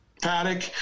paddock